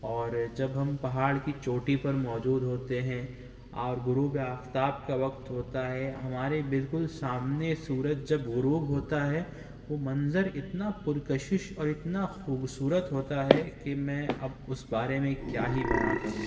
اور جب ہم پہاڑ کی چوٹی پر موجود ہوتے ہیں اور غروب آفتاب کا وقت ہوتا ہے ہمارے بالکل سامنے سورج جب غروب ہوتا ہے وہ منظر اتنا پرکشش اور اتنا خوبصورت ہوتا ہے کہ میں اب اس بارے میں کیا ہی بیاں کروں